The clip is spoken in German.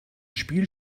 spiel